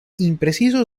impreciso